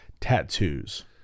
tattoos